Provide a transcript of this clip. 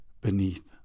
beneath